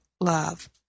love